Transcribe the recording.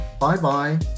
Bye-bye